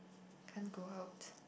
can't go out